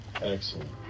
Excellent